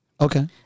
Okay